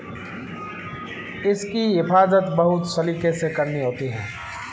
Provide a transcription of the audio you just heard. इसकी हिफाज़त बहुत सलीके से करनी होती है